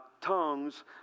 tongues